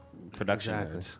Production